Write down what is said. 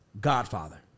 Godfather